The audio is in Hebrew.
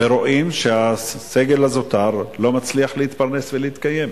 רואים שהסגל הזוטר לא מצליח להתפרנס ולהתקיים.